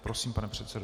Prosím, pane předsedo.